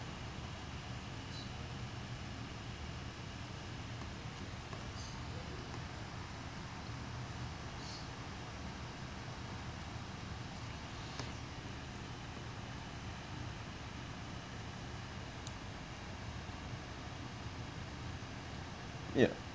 ya